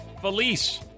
felice